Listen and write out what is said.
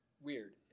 weird